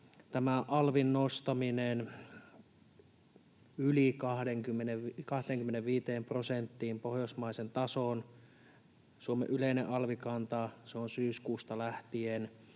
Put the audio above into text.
alvin nostaminen yli 25 prosenttiin, yli pohjoismaisen tason: Suomen yleinen alvikanta on syyskuusta lähtien,